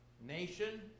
nation